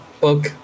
book